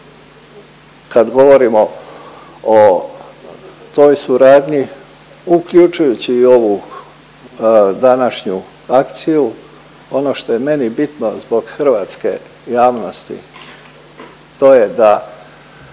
kad govorimo o toj suradnji uključujući i ovu današnju akciju, ono što je meni bitno zbog hrvatske javnosti, to je da